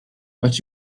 but